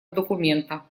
документа